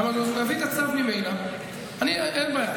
למה לא להביא את הצו ממילא, אין בעיה.